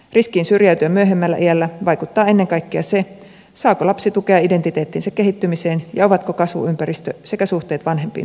riskiin syrjäytyä myöhemmällä iällä vaikuttaa ennen kaikkea se saako lapsi tukea identiteettinsä kehittymiseen ja ovatko kasvuympäristö sekä suhteet vanhempiin turvalliset